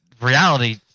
reality